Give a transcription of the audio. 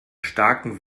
starken